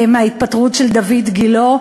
מההתפטרות של דיויד גילה.